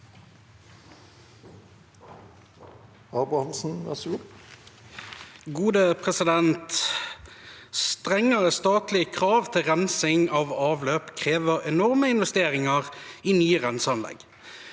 «Strengere statlige krav til rensing av avløp krever enorme investeringer i nye renseanlegg.